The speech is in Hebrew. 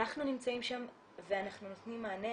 אנחנו נמצאים שם ואנחנו נותנים מענה,